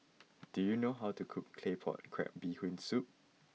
do you know how to cook Claypot Crab Bee Hoon Soup